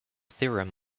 theorem